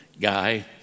guy